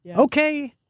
yeah okay,